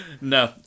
no